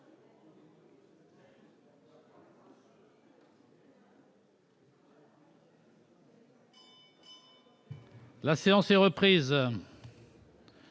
La séance est reprise.